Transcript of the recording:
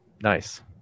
nice